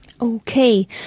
Okay